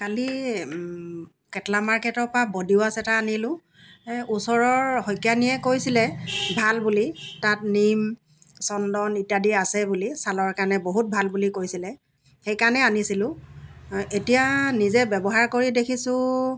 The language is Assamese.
কালি কেটলা মাৰ্কেটৰ পৰা বডি ৱাছ এটা আনিলোঁ এই ওচৰৰ শইকীয়ানীয়ে কৈছিলে ভাল বুলি তাত নিম চন্দন ইত্যাদি আছে বুলি ছালৰ কাৰণে বহুত ভাল বুলি কৈছিলে সেইকাৰণে আনিছিলোঁ এতিয়া নিজে ব্যৱহাৰ কৰি দেখিছোঁ